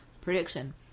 prediction